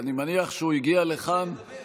אני מניח שהוא הגיע לכאן --- רוצה לדבר?